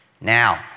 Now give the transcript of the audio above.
Now